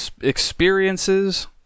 Experiences